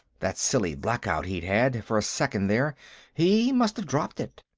that silly blackout he'd had, for a second, there he must have dropped it.